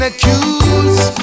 Accused